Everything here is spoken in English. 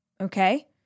Okay